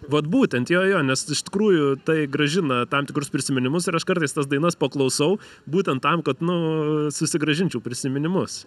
vat būtent jo jo nes iš tikrųjų tai grąžina tam tikrus prisiminimus ir aš kartais tas dainas paklausau būtent tam kad nu susigrąžinčiau prisiminimus